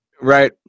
Right